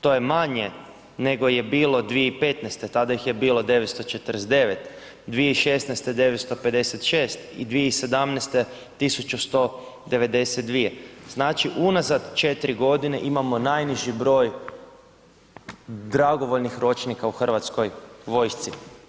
To je manje nego je bilo 2015., tada ih je bilo 949, 2016. 956 i 2017. 1192, znači unazad 4 g. imamo najniži broj dragovoljnih ročnika u Hrvatskoj vojsci.